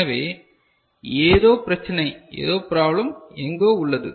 எனவே ஏதோ பிரச்சனை ஏதோ ப்ராப்ளம் எங்கோ உள்ளது